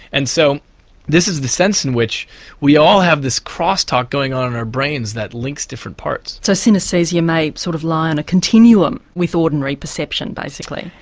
and so this is the sense in which we all have this cross-talk going on in our brains that links different parts. so synesthesia may sort of lie on a continuum with ordinary perception, basically.